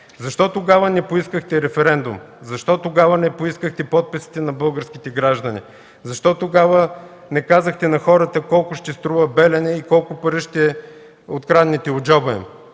Защо тогава не поискахте референдум? Защо тогава не поискахте подписите на българските граждани? Защо тогава не казахте на хората колко ще струва „Белене” и колко пари ще откраднете от джоба им?